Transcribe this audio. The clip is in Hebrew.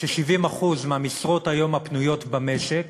ו-70% מהמשרות הפנויות היום במשק